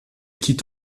quitte